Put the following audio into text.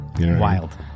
Wild